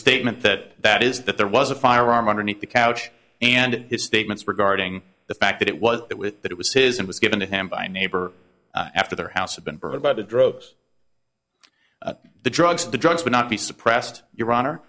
statement that that is that there was a firearm underneath the couch and his statements regarding the fact that it was it with that it was his it was given to him by neighbor after the house had been burned by the droves the drugs and the drugs would not be suppressed your honor